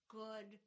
good